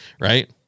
Right